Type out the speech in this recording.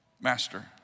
master